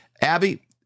Abby